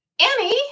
Annie